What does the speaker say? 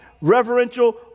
reverential